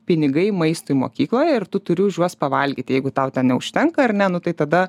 pinigai maistui mokykloje ir tu turi už juos pavalgyti jeigu tau ten neužtenka ar ne nu tai tada